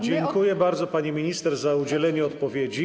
Dziękuję bardzo, pani minister, za udzielenie odpowiedzi.